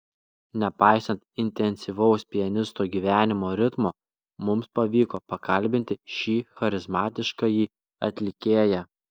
nepaisant intensyvaus pianisto gyvenimo ritmo mums pavyko pakalbinti šį charizmatiškąjį atlikėją